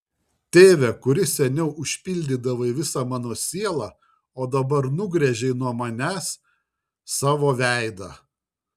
tėve kuris seniau užpildydavai visą mano sielą o dabar nugręžei nuo manęs savo veidą